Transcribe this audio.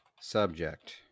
subject